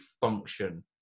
function